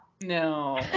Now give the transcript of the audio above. No